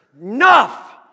enough